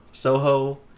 Soho